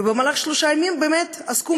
ובמהלך שלושה ימים עסקו,